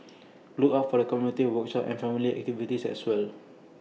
look out for community workshops and family activities as well